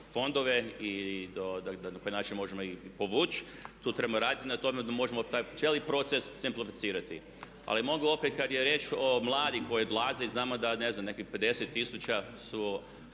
fondova i na koji način ih možemo povući. Tu trebamo raditi na tome, onda možemo tako cijeli proces simplificirati ali mogu opet kad je riječ o mladima koji odlaze i znamo da nekih 50 tisuća su